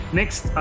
next